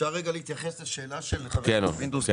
אפשר להתייחס לשאלה של חבר הכנסת פינדרוס?